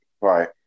Right